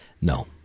No